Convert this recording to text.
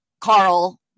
Carl